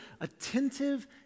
attentive